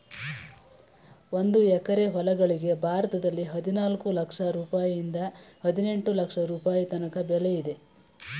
ಒಂದು ಎಕರೆ ಹೊಲಗಳಿಗೆ ಭಾರತದಲ್ಲಿ ಹದಿನಾಲ್ಕು ಲಕ್ಷ ರುಪಾಯಿಯಿಂದ ಹದಿನೆಂಟು ಲಕ್ಷ ರುಪಾಯಿ ತನಕ ಬೆಲೆ ಇದೆ